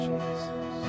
Jesus